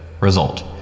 Result